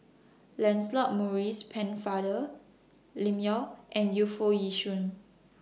Lancelot Maurice Pennefather Lim Yau and Yu Foo Yee Shoon